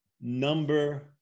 number